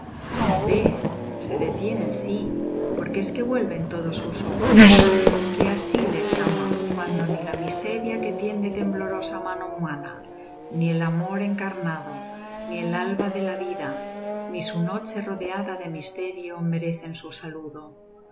se detienen sí porque es que vuelven todos sus ojos qué así les llama cuando ni la miseria que tiende temblorosa mano humana ni el amor encarnado ni el alba de la vida ni su noche rodeada de misterio merecen su saludo